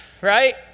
right